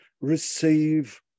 receive